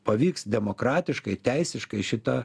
pavyks demokratiškai teisiškai šitą